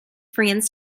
friends